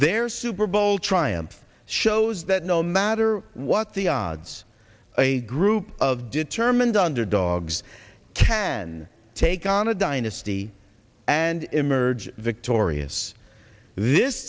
their super bowl triumph shows that no matter what the odds a group of determined underdogs can take on a dynasty and emerge victorious this